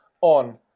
on